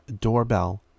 doorbell